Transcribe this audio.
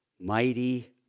mighty